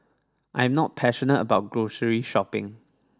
I am not passionate about grocery shopping